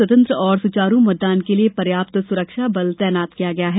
स्वतंत्र और सुचारू मतदान के लिए पर्याप्त सुरक्षा बल तैनात किया गया है